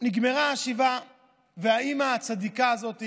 נגמרה השבעה והאימא הצדיקה הזאת,